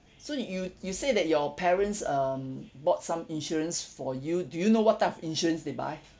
so you you say that your parents um bought some insurance for you do you know what type of insurance they buy